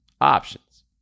options